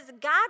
God